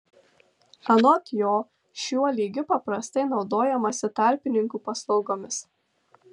anot jo šiuo lygiu paprastai naudojamasi tarpininkų paslaugomis